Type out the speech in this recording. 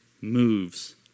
moves